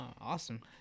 Awesome